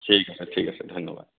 ঠিক আছে ঠিক আছে ধন্যবাদ